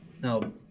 No